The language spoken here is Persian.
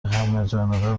همهجانبه